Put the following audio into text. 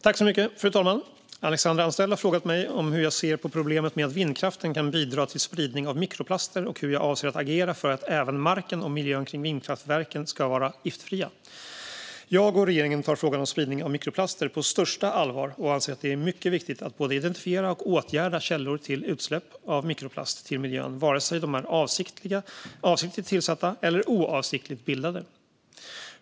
Fru talman! Alexandra Anstrell har frågat mig hur jag ser på problemet med att vindkraften kan bidra till spridning av mikroplaster och hur jag avser att agera för att även marken och miljön kring vindkraftverken ska vara giftfria. Jag och regeringen tar frågan om spridning av mikroplaster på största allvar och anser att det är mycket viktigt att både identifiera och åtgärda källor till utsläpp av mikroplast till miljön, vare sig de är avsiktligt tillsatta eller oavsiktligt bildade.